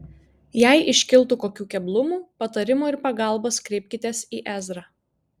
jei iškiltų kokių keblumų patarimo ir pagalbos kreipkitės į ezrą